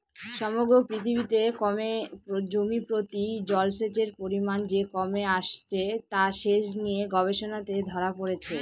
সমগ্র পৃথিবীতে ক্রমে জমিপ্রতি জলসেচের পরিমান যে কমে আসছে তা সেচ নিয়ে গবেষণাতে ধরা পড়েছে